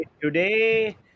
today